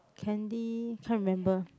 candy can't remember